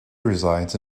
resides